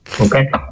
Okay